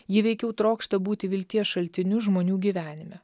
ji veikiau trokšta būti vilties šaltiniu žmonių gyvenime